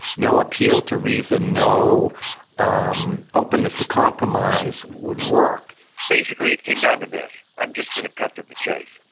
no appeal to reason, no um openness to compromise would work basically, it came down to this. i'm just going to cut to the chase.